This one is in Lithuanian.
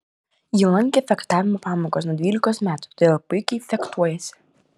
ji lankė fechtavimo pamokas nuo dvylikos metų todėl puikiai fechtuojasi